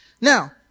Now